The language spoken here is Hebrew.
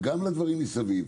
וגם על הדברים מסביב,